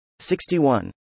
61